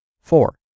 Four